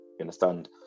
understand